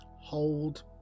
hold